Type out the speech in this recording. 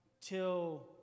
till